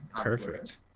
Perfect